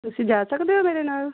ਤੁਸੀਂ ਜਾ ਸਕਦੇ ਹੋ ਮੇਰੇ ਨਾਲ